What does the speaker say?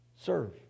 serve